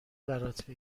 برات